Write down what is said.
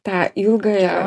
tą ilgąją